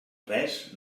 res